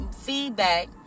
feedback